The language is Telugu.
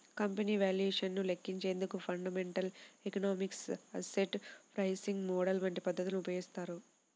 కంపెనీ వాల్యుయేషన్ ను లెక్కించేందుకు fundamental analysis, asset pricing model వంటి పద్ధతులను ఉపయోగిస్తారు